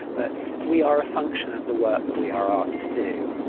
but we are a function of the work that we are asked to do.